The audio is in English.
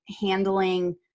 handling